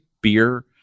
beer